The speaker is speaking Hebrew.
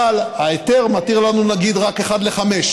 אבל ההיתר מתיר לנו, נגיד, רק אחד לחמש.